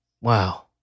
wow